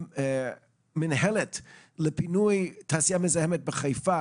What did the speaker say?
מנהלת לפינוי תעשייה מזהמת בחיפה